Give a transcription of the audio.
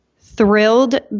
thrilled